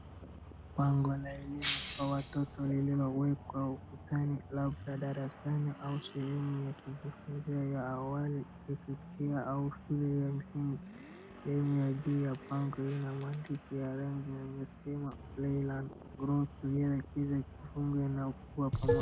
Bango la elimu kwa watoto lililowekwa ukutani la madarasani au sehemu ya kujifunzia ya awali ,chekechea au shule ya msingi . Sehemu ya juu ya bango hii inamaandishi ya rangi yaliyosema play, learn, grow together cheza soma na ukuwe pamoja .